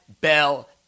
Bell